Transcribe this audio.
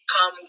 come